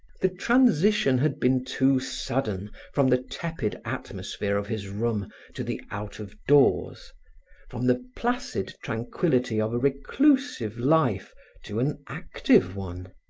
the transition had been too sudden from the tepid atmosphere of his room to the out-of-doors, from the placid tranquillity of a reclusive life to an active one.